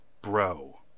bro